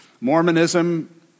Mormonism